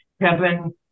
Kevin